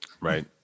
Right